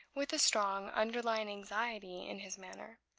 with a strong underlying anxiety in his manner.